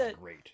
great